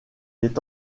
est